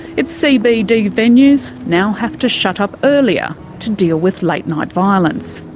its cbd ah venues now have to shut up earlier to deal with late night violence.